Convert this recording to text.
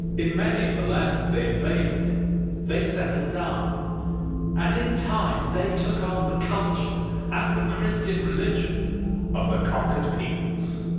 in many of the lands they invaded they settled down and in time they took on the culture and the christian religion of the conquered peoples.